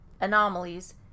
anomalies